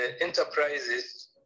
Enterprises